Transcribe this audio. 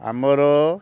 ଆମର